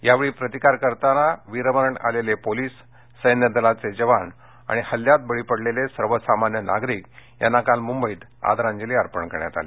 यावेळी प्रतिकार करताना वीरमरण आलेले पोलिस सैन्यदलाचे जवान आणि हल्ल्यात बळी पडलेले सर्वसामान्य नागरिक यांना काल मुंबईत आदरांजली अर्पण करण्यात आली